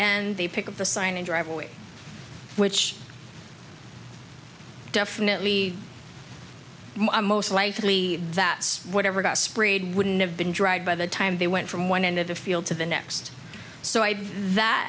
end they pick of the sign to drive away which definitely most likely that whatever got sprayed wouldn't have been dried by the time they went from one end of the field to the next so i that